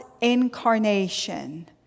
incarnation